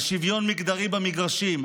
על שוויון מגדרי במגרשים,